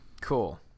cool